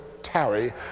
tarry